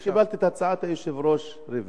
אין צורך, אני קיבלתי את הצעת היושב-ראש ריבלין,